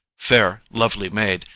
fair lovely maid,